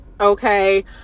okay